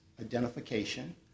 identification